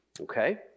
Okay